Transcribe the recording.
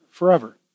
Forever